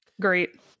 great